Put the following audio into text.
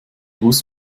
bus